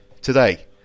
today